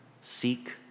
seek